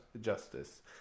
justice